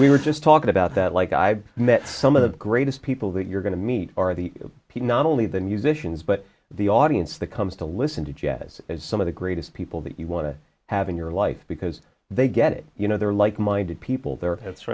we were just talking about that like i've met some of the greatest people that you're going to meet are the people not only the musicians but the audience that comes to listen to jazz is some of the greatest people that you want to have in your life because they get it you know there are like minded people ther